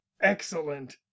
excellent